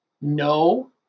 no